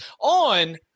on